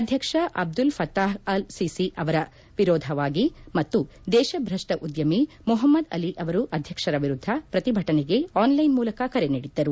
ಅಧ್ಯಕ್ಷ Abdul Fattah al Sisi ಅವರ ವಿರೋಧವಾಗಿ ಮತ್ತು ದೇಶಭ್ರಷ್ಟ ಉದ್ಯಮಿ ಮುಹಮ್ಮದ್ ಅಲಿ ಅವರು ಅಧ್ಯಕ್ಷರ ವಿರುದ್ದ ಪ್ರತಿಭಟನೆಗೆ ಆನ್ಲೈನ್ ಮೂಲಕ ಕರೆ ನೀದಿದ್ದರು